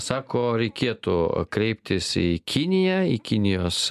sako reikėtų kreiptis į kiniją į kinijos